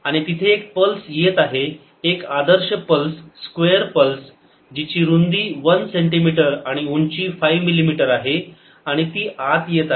आणि तिथे एक पल्स येत आहे एक आदर्श पल्स स्क्वेअर पल्स जी ची रुंदी 1 सेंटीमीटर आणि उंची 5 मिलिमीटर आहे आणि ती आत येत आहे